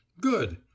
good